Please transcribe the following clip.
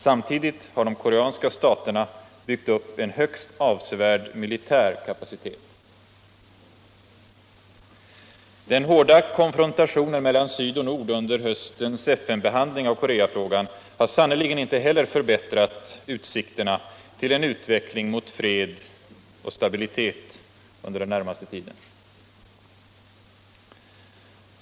Samtidigt har de koreanska staterna byggt upp en högst avsevärd militär kapacitet. Den hårda konfrontationen mellan Syd och Nord under höstens FN behandling av Koreafrågan har sannerligen inte heller förbättrat utsikterna till en utveckling mot fred och stabilitet under den närmaste tiden.